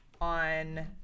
on